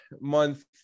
month